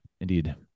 indeed